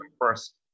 first